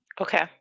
Okay